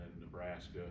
Nebraska